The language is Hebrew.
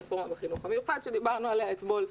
הרפורמה בחינוך המיוחד עליה דיברנו אתמול,